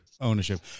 Ownership